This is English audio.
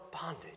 bondage